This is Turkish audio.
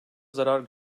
zarar